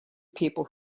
people